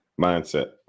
Mindset